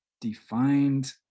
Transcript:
defined